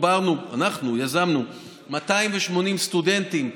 אנחנו יזמנו ותוגברנו ב-280 סטודנטים,